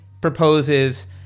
proposes